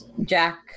Jack